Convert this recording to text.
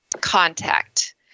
contact